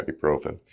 ibuprofen